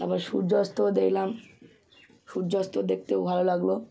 আবার সূর্য অস্তও দেখলাম সূর্য অস্ত দেখতেও ভালো লাগল